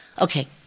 Okay